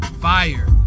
Fire